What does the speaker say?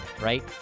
right